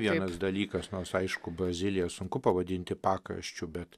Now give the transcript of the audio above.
vienas dalykas nors aišku braziliją sunku pavadinti pakraščiu bet